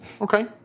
Okay